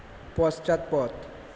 পশ্চাৎপদ